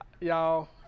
y'all